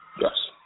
Yes